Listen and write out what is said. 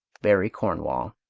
barry cornwall.